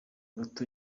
gato